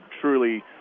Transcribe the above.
truly